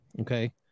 okay